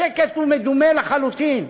השקט הוא מדומה לחלוטין,